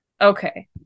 Okay